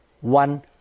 one